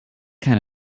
kind